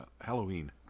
Halloween